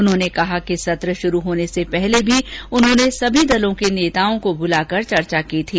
उन्होंने कहा कि सत्र शुरू होने से पहले भी उन्होंने सभी दलों के नेताओं को बुलाकर चर्चा की थी